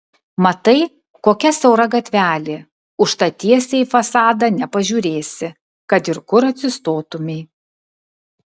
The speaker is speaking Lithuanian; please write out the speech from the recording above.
matai kokia siaura gatvelė užtat tiesiai į fasadą nepažiūrėsi kad ir kur atsistotumei